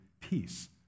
peace